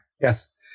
Yes